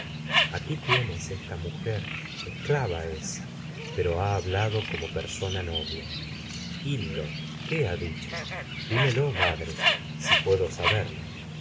aquí tienes esclava es pero ha hablado como persona noble hil lo saberlo qué ha dicho dimelo madre si puedo